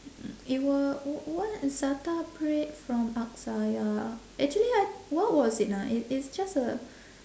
it wa~ w~ what za'atar bread from aqsa ya actually I what was it ah it it's just a